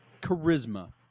charisma